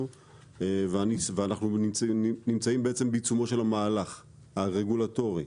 ואנחנו נמצאים בעיצומו של המהלך הרגולטורי.